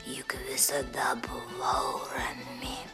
juk visada buvau rami